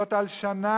זו הלשנה.